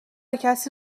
کسی